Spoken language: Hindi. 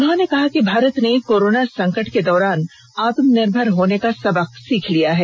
उन्होंने कहा कि भारत ने कोरोना संकट के दौरान आत्मनिर्भर होने का सबक सीख लिया है